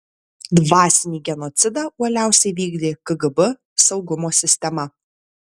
dvasinį genocidą uoliausiai vykdė kgb saugumo sistema